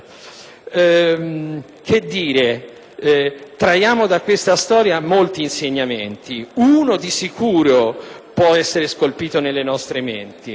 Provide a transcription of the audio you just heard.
Che dire? Traiamo da questa storia molti insegnamenti. Uno, di sicuro, può essere scolpito nelle nostre menti.